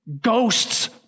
Ghosts